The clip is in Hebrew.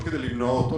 לא כדי למנוע אותו.